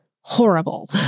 horrible